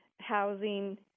housing